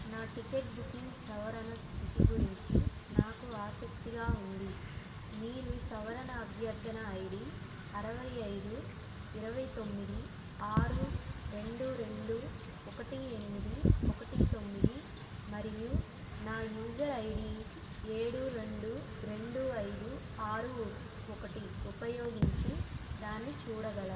నా ticket booking సవరణ స్థితి గురించి నాకు ఆసక్తిగా ఉంది మీరు సవరణ అభ్యర్థన ఐడి అరవై ఐదు ఇరవై తొమ్మిది ఆరు రెండు రెండు ఒకటి ఎనిమిది ఒకటి తొమ్మిది మరియు నా యూజర్ ఐడి ఏడు రెండు రెండు ఐదు ఆరు ఒకటి ఉపయోగించి దాన్ని చూడగలరా